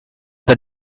the